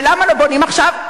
ולמה לא בונים עכשיו?